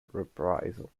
reprisals